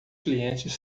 clientes